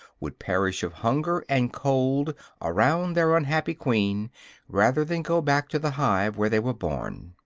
would perish of hunger and cold around their unhappy queen rather than go back to the hive where they were born.